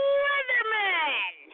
Weatherman